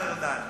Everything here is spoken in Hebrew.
אבל, השר ארדן,